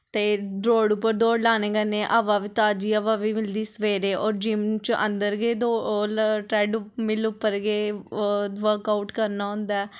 ते रोड़ उप्पर दौड़ लाने कन्नै हवा ताज़ी हवा बी मिलदी सवेरे होर जिम्म च अन्दर गै ट्रैडमील उप्पर गै बर्क आऊट करना होंदा ऐ